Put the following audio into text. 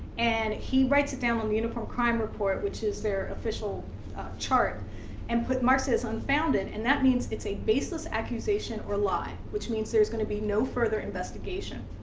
and he writes it down on the uniform crime report, which is their official chart and marks as unfounded. and that means it's a baseless accusation or lie, which means there's gonna be no further investigation.